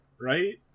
Right